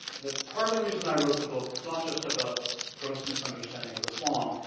that part of the reason i wrote the book, it's not just about gross misunderstanding of islam,